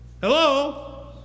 Hello